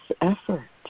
effort